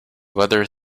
whether